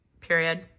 Period